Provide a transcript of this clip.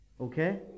Okay